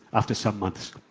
after some months.